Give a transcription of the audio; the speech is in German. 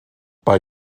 bei